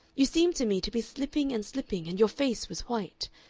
you seemed to me to be slipping and slipping, and your face was white.